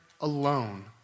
alone